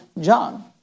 John